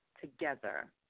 together